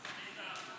ההצבעה: בעד